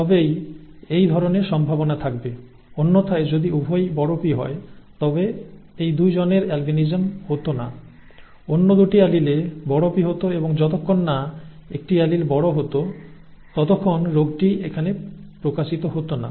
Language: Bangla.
তবেই এই ধরণের সম্ভাবনা থাকবে অন্যথায় যদি উভয়ই P হয় তবে এই 2 জনের অ্যালবিনিজম হত না অন্য দুটি অ্যালিলে P হত এবং যতক্ষণ না একটি এলিল বড় হত ততক্ষণ রোগটি এখানে প্রকাশিত হত না